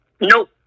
Nope